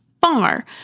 far